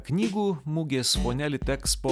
knygų mugės fone litexpo